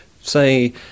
say